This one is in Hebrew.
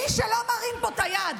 מי שלא מרים פה את היד